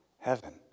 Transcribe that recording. Heaven